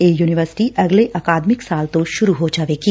ਇਹ ਯੂਨੀਵਰਸਿਟੀ ਅਗਲੇ ਅਕਾਦਮਿਕ ਸਾਲ ਤੋਂ ਸੁਰੂ ਹੋ ਜਾਵੇਗੀ